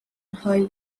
حال